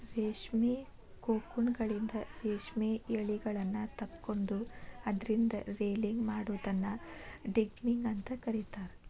ರೇಷ್ಮಿ ಕೋಕೂನ್ಗಳಿಂದ ರೇಷ್ಮೆ ಯಳಿಗಳನ್ನ ತಕ್ಕೊಂಡು ಅದ್ರಿಂದ ರೇಲಿಂಗ್ ಮಾಡೋದನ್ನ ಡಿಗಮ್ಮಿಂಗ್ ಅಂತ ಕರೇತಾರ